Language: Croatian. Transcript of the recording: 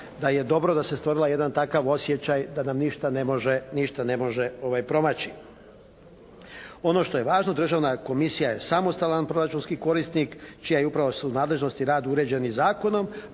da je dobro da se stvorio jedan takav osjećaj da nam ništa ne može promaći. Ono što je važno Državna komisija je samostalan proračunski korisnik čija je upravo nadležnost i rad uređenih zakonom,